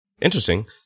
interesting